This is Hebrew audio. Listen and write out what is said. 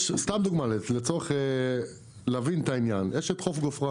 סתם לדוגמה, כדי להבין את העניין: יש את חוף גופרה